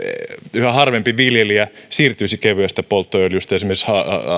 yhä harvempi viljelijä siirtyisi kevyestä polttoöljystä esimerkiksi